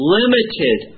limited